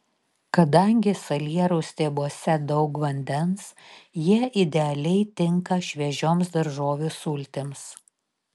kadangi salierų stiebuose daug vandens jie idealiai tinka šviežioms daržovių sultims